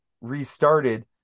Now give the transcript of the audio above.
restarted